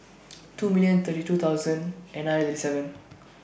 two million thirty two thousand nine hundred thirty seven